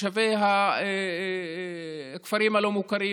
תושבי הכפרים הלא-מוכרים,